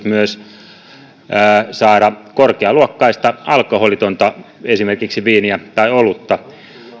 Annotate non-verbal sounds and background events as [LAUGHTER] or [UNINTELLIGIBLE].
[UNINTELLIGIBLE] myös mahdollisuus saada korkealuokkaista alkoholitonta juotavaa esimerkiksi viiniä tai olutta